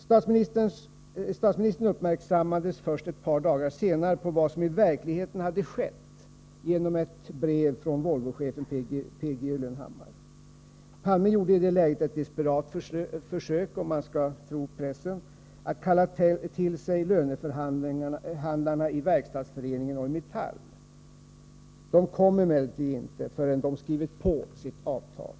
Statsministern gjordes först ett par dagar senare uppmärksam på vad som i verkligheten hade skett, genom ett brev från Volvochefen P. G. Gyllenhammar. Palme gjorde i det läget ett desperat försök — om man skall tro pressen — att kalla till sig löneförhandlarna i Verkstadsföreningen och Metall. De kom emellertid inte förrän de skrivit på sitt avtal.